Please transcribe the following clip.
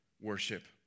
worship